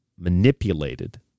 manipulated